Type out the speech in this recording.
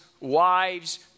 wives